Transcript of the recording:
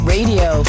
Radio